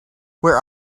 where